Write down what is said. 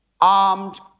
armed